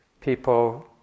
people